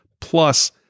plus